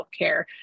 healthcare